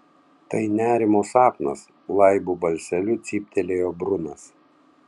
tai nerimo sapnas laibu balseliu cyptelėjo brunas